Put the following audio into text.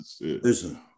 Listen